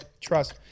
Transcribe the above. trust